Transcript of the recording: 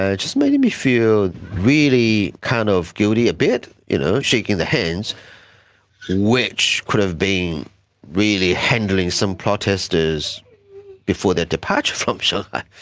ah just made me feel really kind of guilty a bit. you know, shaking the hands which could have been really handling some protesters before their departure from shanghai.